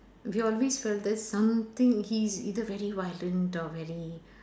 we always felt that something he is either very violent or very